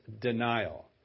denial